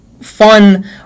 fun